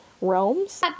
realms